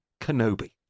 Kenobi